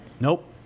Nope